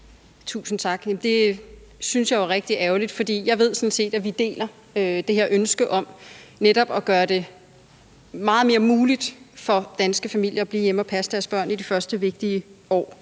Tusind tak. Men det synes jeg jo er rigtig ærgerligt, for jeg ved sådan set, at vi deler det her ønske om netop at gøre det meget mere muligt for danske familier at blive hjemme og passe deres børn i de første vigtige år.